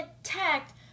attacked